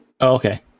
Okay